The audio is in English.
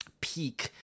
peak